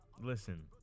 listen